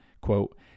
quote